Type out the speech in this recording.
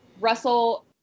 Russell